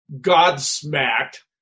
God-smacked